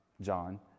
John